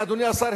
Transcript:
אדוני השר,